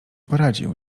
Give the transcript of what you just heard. poradził